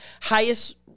highest